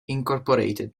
inc